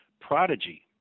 Prodigy